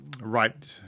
right